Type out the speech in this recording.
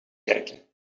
kijken